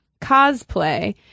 cosplay